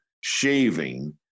shaving